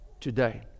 today